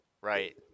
Right